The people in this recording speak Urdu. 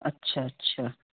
اچھا اچھا